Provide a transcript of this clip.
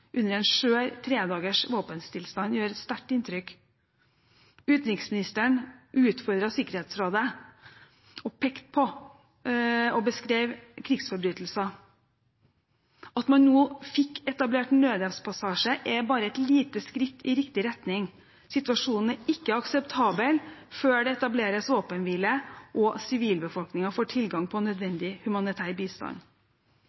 under en skjør tredagers våpenstillstand, gjorde et sterkt inntrykk. Utenriksministeren utfordret Sikkerhetsrådet og pekte på og beskrev krigsforbrytelser. At man nå fikk etablert en nødhjelpspassasje, er bare et lite skritt i riktig retning. Situasjonen er ikke akseptabel før det etableres våpenhvile og sivilbefolkningen får tilgang på